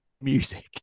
music